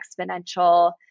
Exponential